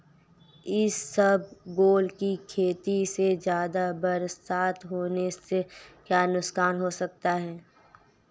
इसबगोल की खेती में ज़्यादा बरसात होने से क्या नुकसान हो सकता है?